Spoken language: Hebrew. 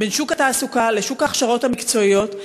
בין שוק התעסוקה לשוק ההכשרות המקצועיות.